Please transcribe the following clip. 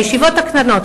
הישיבות הקטנות,